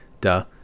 duh